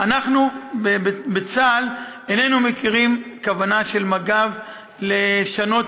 אנחנו בצה"ל איננו מכירים כוונה של מג"ב לשנות